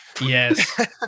yes